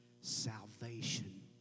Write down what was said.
salvation